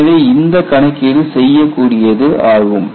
எனவே இந்தக் கணக்கீடு செய்யக்கூடியது ஆகும்